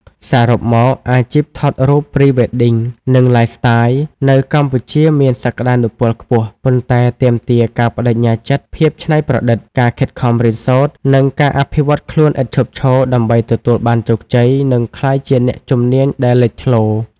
សរុបមក អាជីពថតរូប Pre-wedding និង Lifestyle នៅកម្ពុជាមានសក្តានុពលខ្ពស់ ប៉ុន្តែទាមទារការប្តេជ្ញាចិត្ត ភាពច្នៃប្រឌិត ការខិតខំរៀនសូត្រ និងការអភិវឌ្ឍន៍ខ្លួនឥតឈប់ឈរ ដើម្បីទទួលបានជោគជ័យ និងក្លាយជាអ្នកជំនាញដែលលេចធ្លោ។